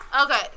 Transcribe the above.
Okay